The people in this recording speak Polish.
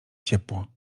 ciepło